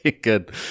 Good